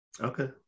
Okay